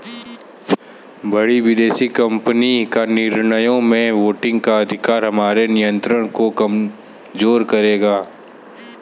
बड़ी विदेशी कंपनी का निर्णयों में वोटिंग का अधिकार हमारे नियंत्रण को कमजोर करेगा